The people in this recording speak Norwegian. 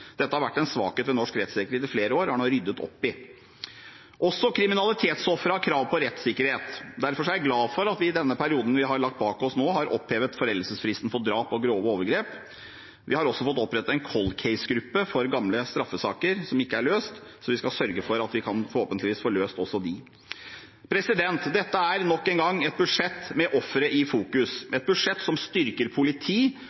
Dette har vært en svakhet ved norsk rettsvesen i flere år og er nå ryddet opp i. Også kriminalitetsofre har krav på rettssikkerhet. Derfor er jeg glad for at vi i denne perioden vi har lagt bak oss nå, har opphevet foreldelsesfristen for drap og grove overgrep. Vi har også fått opprettet en «cold case»-gruppe for gamle straffesaker som ikke er løst, slik at vi kan sørge for at vi forhåpentligvis kan få løst også dem. Dette er nok en gang et budsjett med ofre i fokus,